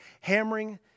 hammering